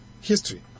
history